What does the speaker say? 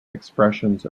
expressions